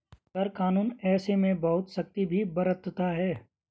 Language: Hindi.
कर कानून ऐसे में बहुत सख्ती भी बरतता है